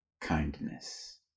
kindness